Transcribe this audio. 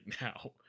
now